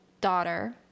daughter